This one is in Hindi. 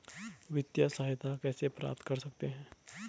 वित्तिय सहायता कैसे प्राप्त कर सकते हैं?